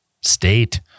state